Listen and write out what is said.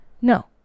No